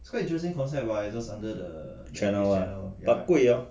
but 贵 oh